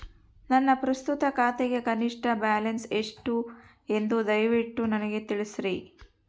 ನನ್ನ ಪ್ರಸ್ತುತ ಖಾತೆಗೆ ಕನಿಷ್ಠ ಬ್ಯಾಲೆನ್ಸ್ ಎಷ್ಟು ಎಂದು ದಯವಿಟ್ಟು ನನಗೆ ತಿಳಿಸ್ರಿ